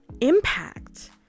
impact